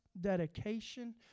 dedication